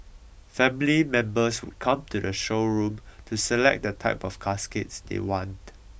family members would come to the showroom to select the type of caskets they want